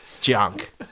Junk